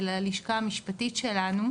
אל הלשכה המשפטית שלנו,